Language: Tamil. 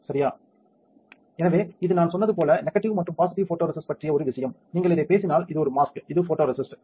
சரியா எனவே இது நான் சொன்னது போல நெகடிவ் மற்றும் பாசிட்டிவ் போடோரேசிஸ்ட் பற்றிய ஒரு விஷயம் நீங்கள் இதை பேசினால் இது ஒரு மாஸ்க் இது போடோரேசிஸ்ட்